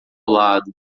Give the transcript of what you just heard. lado